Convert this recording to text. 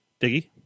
diggy